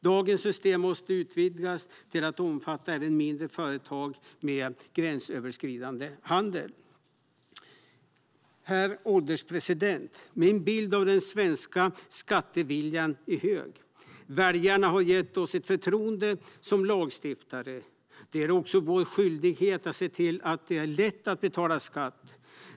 Dagens system måste utvidgas till att omfatta även mindre företag med gränsöverskridande handel. Herr ålderspresident! Min bild är att den svenska skatteviljan är hög. Väljarna har gett oss ett förtroende som lagstiftare. Det är också vår skyldighet att se till att det är lätt att betala skatt.